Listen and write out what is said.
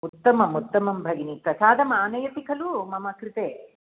उत्तमम् उत्तमं भगिनी प्रसादम् आनयति खलु मम कृते